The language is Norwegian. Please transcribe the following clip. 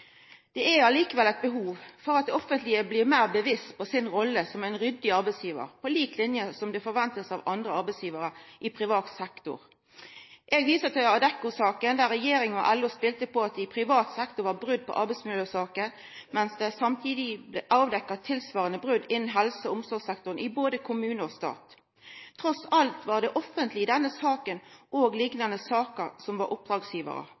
Det er likevel eit behov for at det offentlege blir meir bevisst si rolle som ein ryddig arbeidsgjevar, på lik linje med det som blir venta av arbeidsgjevarar i privat sektor. Eg viser til Adecco-saka, der regjeringa og LO spelte på at det i privat sektor var brot på arbeidsmiljøsaker, mens det samtidig blei avdekt tilsvarande brot innan helse- og omsorgssektoren i både kommune og stat. Trass i alt var det i denne saka og i liknande saker det offentlege som var